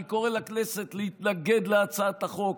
אני קורא לכנסת להתנגד להצעת החוק